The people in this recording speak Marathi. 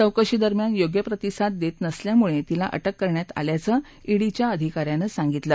चौकशीदरम्यान योग्य प्रतिसाद देत नसल्यामळे तिला अटक करण्यात आल्याचं ई डीच्या अधिकाऱ्यानं सांगितलं